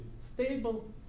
stable